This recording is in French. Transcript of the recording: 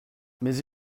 mais